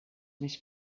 més